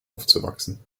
aufzuwachsen